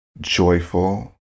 joyful